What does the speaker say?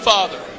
Father